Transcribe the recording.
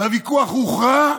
והוויכוח הוכרע,